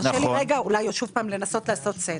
תרשה לי רגע לנסות לעשות סדר.